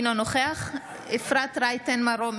אינו נוכח אפרת רייטן מרום,